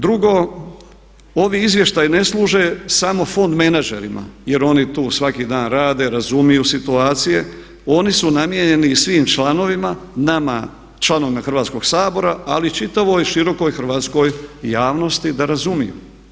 Drugo, ovi izvještaji ne služe samo fond menadžerima jer oni tu svaki dan rade, razumiju situacije, oni su namijenjeni i svim članovima, nama članovima Hrvatskog sabora ali i čitavoj širokoj hrvatskoj javnosti da razumiju.